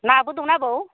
नाबो दंना आबौ